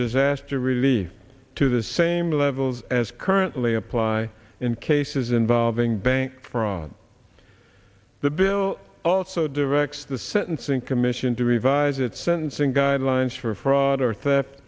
relief to the same levels as currently apply in cases involving bank fraud the bill also directs the sentencing commission to revise its sentencing guidelines for fraud or theft